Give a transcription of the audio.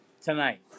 tonight